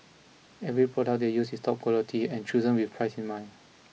every product they use is top quality and chosen with price in mind